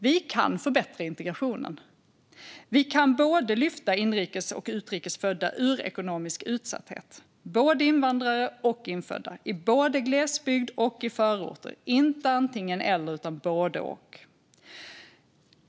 Vi kan förbättra integrationen. Vi kan lyfta både inrikes och utrikes födda ur ekonomisk utsatthet, både invandrare och infödda, både i glesbygd och i förorter - inte antingen eller utan både och.